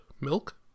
Milk